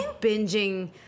Binging